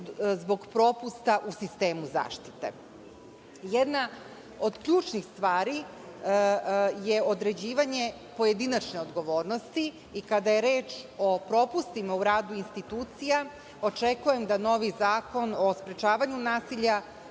zbog propusta u sistemu zaštite. Jedna od ključnih stvari je određivanje pojedinačne odgovornosti i kada je reč o propustima u radu institucija, očekujem da novi Zakon o sprečavanju nasilja